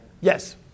Yes